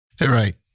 right